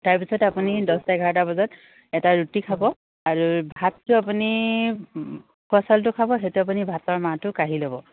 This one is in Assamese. তাৰপিছত আপুনি দছটা এঘাৰটা বজাত এটা ৰুটি খাব আৰু ভাতটো আপুনি উখোৱা চাউলটো খাব সেইটো আপুনি ভাতৰ মাৰটো কাঢ়ি ল'ব